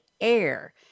air